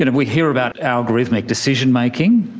and we hear about algorithmic decision-making,